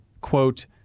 quote